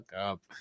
up